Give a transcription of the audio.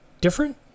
Different